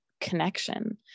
connection